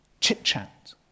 chit-chat